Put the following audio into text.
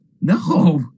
No